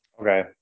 Okay